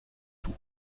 tout